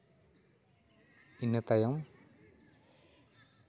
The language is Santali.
ᱤᱱᱟᱹ ᱛᱟᱭᱚᱢ